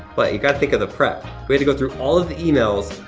but you gotta think of the prep. we had to go through all of the emails,